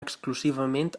exclusivament